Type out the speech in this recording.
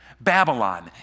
Babylon